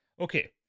Okay